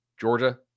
Georgia